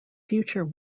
future